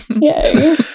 Yay